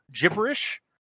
gibberish